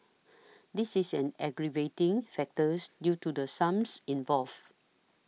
this is an aggravating factors due to the sums involved